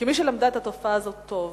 כמי שלמדה את התופעה הזאת טוב,